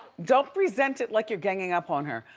don't present it like you're ganging up on her.